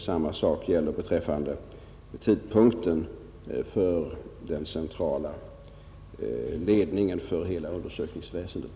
Samma sak gäller beträffande tidpunkten för genomförandet av den centrala ledningen för hela undersökningsväsendet.